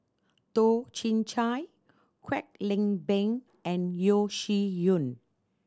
Toh Chin Chye Kwek Leng Beng and Yeo Shih Yun